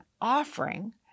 offering